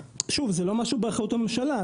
זה לא משהו שרק באחריות הממשלה.